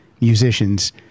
musicians